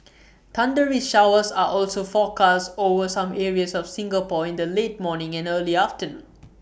thundery showers are also forecast over some areas of Singapore in the late morning and early afternoon